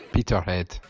Peterhead